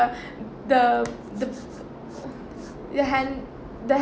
the the hand the ha~